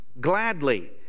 gladly